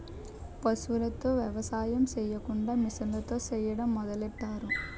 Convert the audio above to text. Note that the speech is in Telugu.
పశువులతో ఎవసాయం సెయ్యకుండా మిసన్లతో సెయ్యడం మొదలెట్టారు